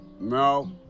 No